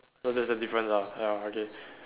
so that's the difference lah ya okay